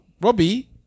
Robbie